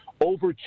over